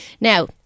Now